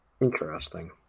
Interesting